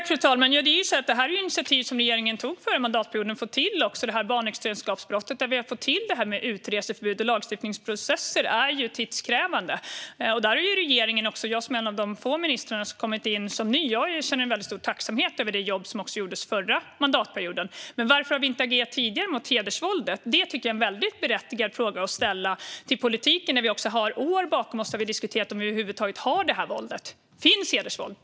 Fru talman! Regeringen har under denna mandatperiod tagit initiativ för att få till barnäktenskapsbrottet och utreseförbud, och lagstiftningsprocesser är ju tidskrävande. Jag, som är en av de få ministrar som har kommit in som ny, känner väldigt stor tacksamhet över det jobb som också gjordes under förra mandatperioden. Varför vi inte har agerat tidigare mot hedersvåldet tycker jag är en väldigt berättigad fråga att ställa till politiken, när vi har år bakom oss då det har diskuterats om hedersvåld finns över huvud taget.